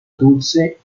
dulce